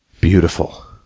beautiful